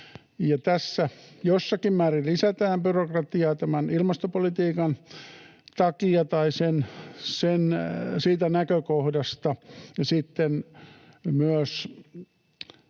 tässä jossakin määrin lisätään byrokratiaa tämän ilmastopolitiikan takia tai siitä näkökohdasta,